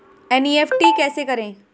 NEFT कैसे करें?